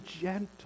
gentle